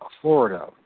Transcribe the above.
Florida